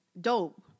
Dope